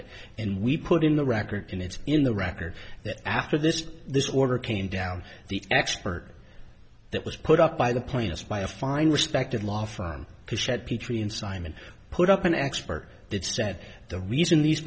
it and we put in the record and it's in the record that after this this order came down the expert that was put up by the plainest by a fine respected law firm he said petri and simon put up an expert that said the reason these